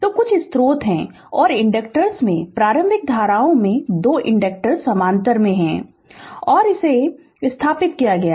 तो कुछ स्रोत हैं और इंडक्टर्स में प्रारंभिक धाराओं में 2 इंडक्टर्स समानांतर में हैं और इसे स्थापित किया गया है